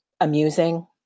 amusing